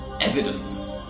evidence